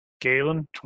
Galen